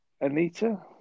Anita